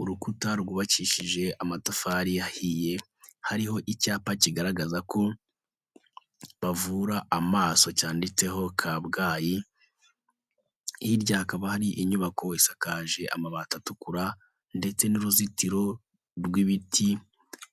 Urukuta rwubakishije amatafari ahiye, hariho icyapa kigaragaza ko bavura amaso cyanditseho Kabwayi, hirya hakaba hari inyubako isakaje amabati atukura ndetse n'uruzitiro rw'ibiti,